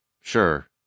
sure